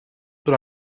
but